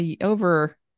over